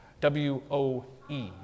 W-O-E